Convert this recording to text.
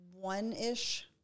one-ish